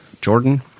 Jordan